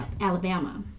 Alabama